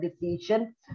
decision